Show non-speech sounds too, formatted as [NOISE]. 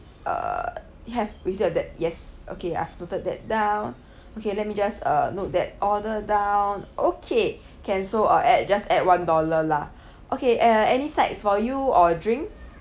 uh have we still have that yes okay I've noted that down [BREATH] okay let me just uh note that order down okay can so uh add just add one dollar lah [BREATH] okay uh any sides for you or drinks